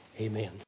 Amen